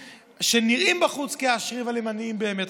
שנראים בחוץ כעשירים אבל הם באמת עניים.